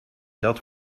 dat